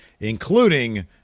including